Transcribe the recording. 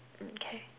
mm K